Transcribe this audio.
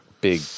Big